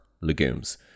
legumes